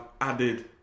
added